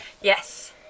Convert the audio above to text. yes